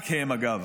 רק הם אגב,